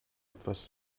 etwas